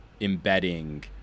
embedding